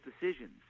decisions